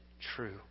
true